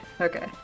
okay